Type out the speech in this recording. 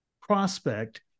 prospect